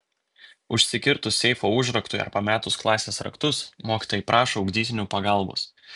užsikirtus seifo užraktui ar pametus klasės raktus mokytojai prašo ugdytinių pagalbos